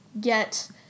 get